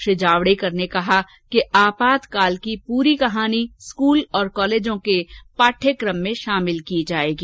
श्री जावड़ेकर ने कहा कि आपातकाल की पूरी कहानी स्कूल और कॉलेजों के पाठ्यक्रम में शामिल की जायेंगी